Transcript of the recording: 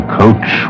coach